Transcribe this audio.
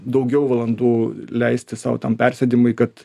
daugiau valandų leisti sau tam persėdimui kad